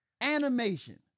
animation